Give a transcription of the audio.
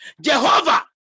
Jehovah